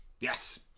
Yes